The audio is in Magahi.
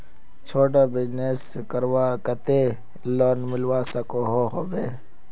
छोटो बिजनेस करवार केते लोन मिलवा सकोहो होबे?